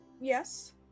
Yes